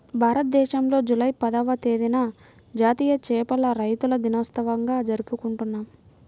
భారతదేశంలో జూలై పదవ తేదీన జాతీయ చేపల రైతుల దినోత్సవంగా జరుపుకుంటున్నాం